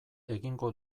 egingo